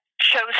Shows